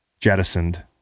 jettisoned